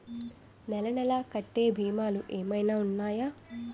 నెల నెల కట్టే భీమాలు ఏమైనా ఉన్నాయా?